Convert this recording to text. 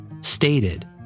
stated